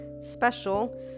special